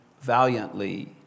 valiantly